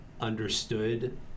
understood